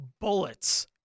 bullets